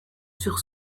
sur